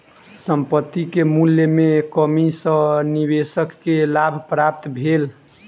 संपत्ति के मूल्य में कमी सॅ निवेशक के लाभ प्राप्त भेल